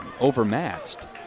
overmatched